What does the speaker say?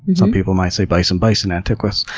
some people might say bison bison antiquus,